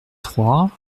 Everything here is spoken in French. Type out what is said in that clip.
trois